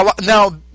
now